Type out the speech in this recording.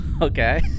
Okay